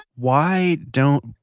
why don't,